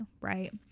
right